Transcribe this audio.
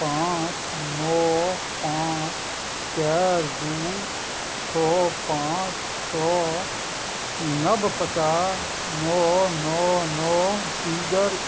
पाँच नओ पाँच चारि दू छओ पाँच छओ नव पता नओ नओ नओ तीजर